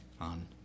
on